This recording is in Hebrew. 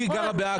היא גרה בעכו.